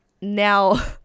Now